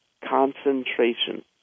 Concentration